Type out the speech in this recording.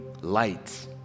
light